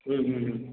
ம் ம் ம்